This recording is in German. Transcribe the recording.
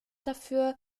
dafür